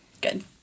Good